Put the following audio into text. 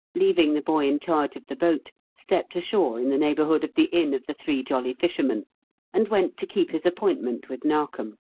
leaving the boy in charge of the boat, stepped ashore in the neighbourhood of the inn of the three jolly fishermen and went to keep his appointment with narkom.